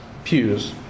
Pews